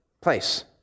place